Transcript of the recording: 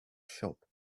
shop